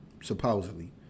supposedly